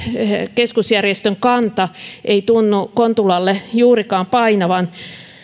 keskusjärjestön kanta ei tunnu kontulalle juurikaan painavan